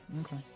Okay